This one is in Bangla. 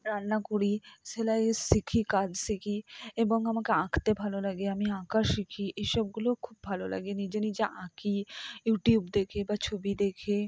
রান্না করি সেলাইয়ের শিখি কাজ শিখি এবং আমাকে আঁকতে ভালো লাগে আমি আঁকা শিখি এ সবগুলো খুব ভালো লাগে নিজে নিজে আঁকি ইউটিউব দেখে বা ছবি দেখে